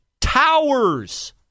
towers